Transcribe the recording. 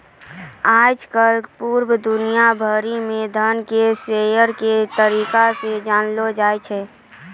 आय काल पूरे दुनिया भरि म धन के शेयर के तरीका से जानलौ जाय छै